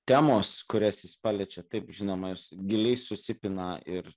temos kurias jis paliečia taip žinoma jos giliai susipina ir